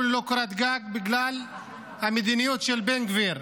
ללא קורת גג בגלל המדיניות של בן גביר,